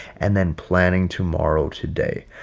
and then planning tomorrow today.